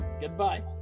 Goodbye